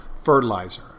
fertilizer